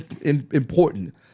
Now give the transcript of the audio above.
important